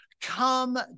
come